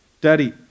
Daddy